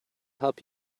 help